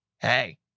hey